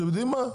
אתם יודעים מה?